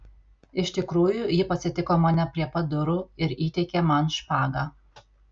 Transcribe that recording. iš tikrųjų ji pasitiko mane prie pat durų ir įteikė man špagą